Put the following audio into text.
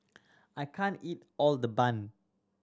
I can't eat all the bun